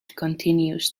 continues